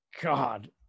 God